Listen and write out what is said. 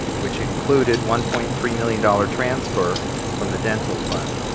which included one point three million dollar transfer from the dental fund.